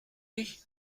ich